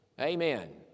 Amen